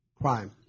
crime